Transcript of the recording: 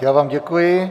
Já vám děkuji.